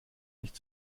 nicht